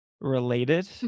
related